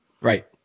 Right